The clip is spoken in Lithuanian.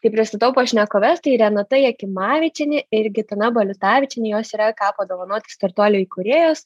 tai pristatau pašnekoves tai renata jakimavičienė ir gitana baliutavičienė jos yra ką padovanoti startuolio įkūrėjos